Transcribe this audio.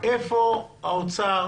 איפה האוצר